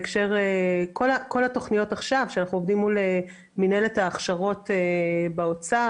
כל התכניות שאנחנו עובדים עליהן עכשיו מול מנהלת ההכשרות באוצר,